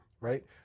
right